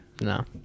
No